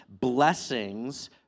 blessings